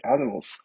animals